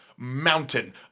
mountain